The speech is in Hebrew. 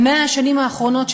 ב-100 השנים האחרונות,